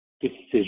decision